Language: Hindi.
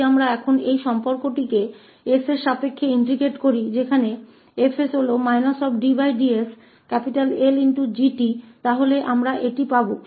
ठीक है अगर हम अब इस संबंध को 𝑠 के संबंध में एकीकृत करते हैं तो यहां 𝐹𝑠 − dds 𝐿𝑔𝑡 है तो हम इसे प्राप्त करेंगे इसलिए पहले यह पक्ष